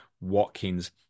Watkins